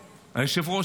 היושב-ראש,